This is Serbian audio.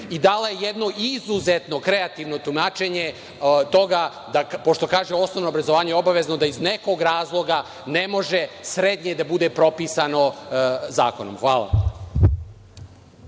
i dala je jedno izuzetno kreativno tumačenje toga, pošto kaže – osnovno obrazovanje je obavezno, da iz nekog razloga ne može srednje da bude propisano zakonom. Hvala.